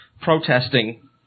protesting